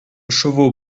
chevaux